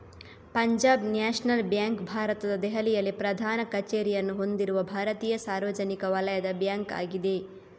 Punjab national bank ಭಾರತದ ದೆಹಲಿಯಲ್ಲಿ ಪ್ರಧಾನ ಕಚೇರಿಯನ್ನು ಹೊಂದಿರುವ ಭಾರತೀಯ ಸಾರ್ವಜನಿಕ ವಲಯದ ಬ್ಯಾಂಕ್ ಆಗಿದೆ